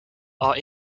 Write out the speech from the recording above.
are